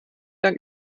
dank